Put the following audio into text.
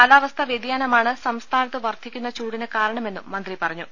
കാലാവസ്ഥാ വൃതിയാനമാണ് സംസ്ഥാനത്ത് വർധിക്കുന്ന ചൂടിന് കാരണമെന്നും മന്ത്രി പറഞ്ഞു